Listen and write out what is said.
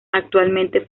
actualmente